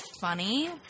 funny